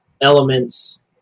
elements